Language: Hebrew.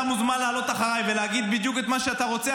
אתה מוזמן לעלות אחריי ולהגיד בדיוק את מה שאתה רוצה.